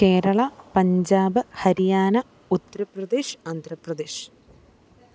Kerala Punjab Haryana Uttar Pradesh Andhra Pradesh